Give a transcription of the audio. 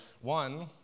One